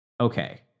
okay